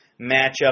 matchup